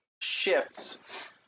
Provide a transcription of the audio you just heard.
shifts